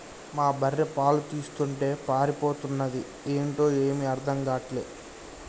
మా బర్రె పాలు తీస్తుంటే పారిపోతన్నాది ఏంటో ఏమీ అర్థం గాటల్లే